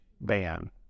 ban